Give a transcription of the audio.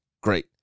Great